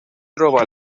troba